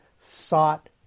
sought